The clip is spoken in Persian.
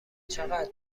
چقدر